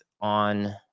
on